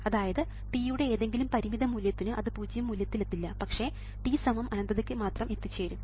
അതായത് t യുടെ ഏതെങ്കിലും പരിമിത മൂല്യത്തിന് അത് പൂജ്യം മൂല്യത്തിൽ എത്തില്ല പക്ഷേ t സമം അനന്തതയ്ക്ക് മാത്രം എത്തിച്ചേരും